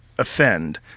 offend